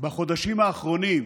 בחודשים האחרונים